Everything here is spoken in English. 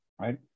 right